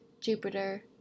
Jupiter